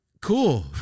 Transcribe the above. Cool